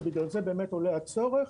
ובגלל זה עולה הצורך,